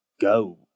go